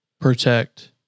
protect